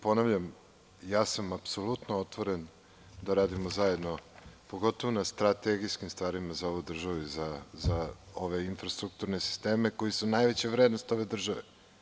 Ponavljam, ja sam apsolutno otvoren da radimo zajedno, pogotovo na strategijskim stvarima za ovu državu i za ove infrastrukturne sisteme koji su najveća vrednost ove države.